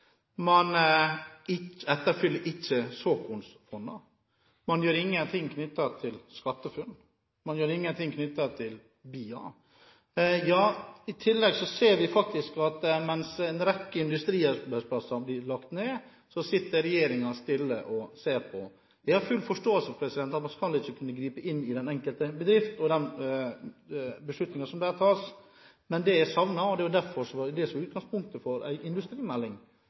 Man etterfyller ikke såkornfondene, man gjør ingen ting knyttet til SkatteFUNN, man gjør ingenting knyttet til BIA-ordningen – i tillegg ser vi faktisk at mens en rekke industriarbeidsplasser blir lagt ned, sitter regjeringen stille og ser på. Jeg har full forståelse for at man ikke skal kunne gripe inn i den enkelte bedrift og de beslutninger som der tas, men det jeg savner – og det var jo det som derfor var utgangspunktet for en industrimelding